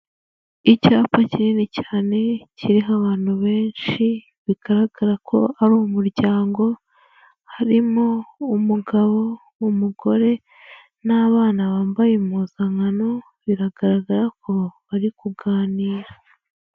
Icyapa kinini cyane kiriho abantu benshi, bigaragara ko ari umuryango, harimo umugabo, umugore n'abana bambaye impuzankano, biragaragara ko bari kuganira.